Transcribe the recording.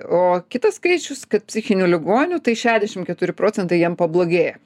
o kitas skaičius kad psichinių ligonių tai šešiasdešim keturi procentai jiem pablogėja